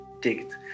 digged